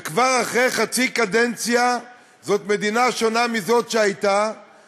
וכבר אחרי חצי קדנציה זאת מדינה שונה מזאת שהייתה,